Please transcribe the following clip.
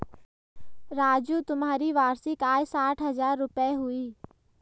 राजू तुम्हारी वार्षिक आय साठ हज़ार रूपय हुई